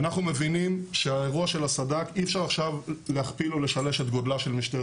אנחנו מבינים שאי אפשר עכשיו להכפיל או לשלש את גודלה של משטרת